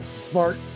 smart